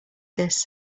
this